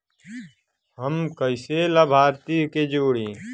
हम कइसे लाभार्थी के जोड़ी?